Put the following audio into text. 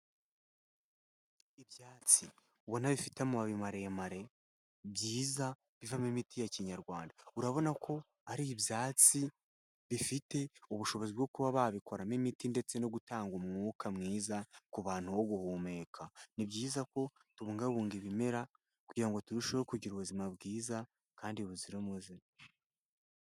Ibyatsi ubona bifite amababi maremare byiza bivamo imiti ya kinyarwanda. Urabona ko ari ibyatsi bifite ubushobozi bwo kuba babikoramo imiti ndetse no gutanga umwuka mwiza ku bantu wo guhumeka, ni byiza ko tubungabunga ibimera, kugirango turusheho kugira ubuzima bwiza kandi buzira umuze.